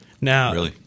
Now